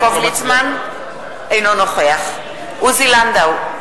אינו נוכח עוזי לנדאו,